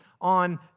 on